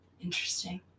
Interesting